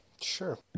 sure